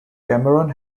cameron